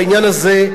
בעניין הזה,